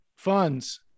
funds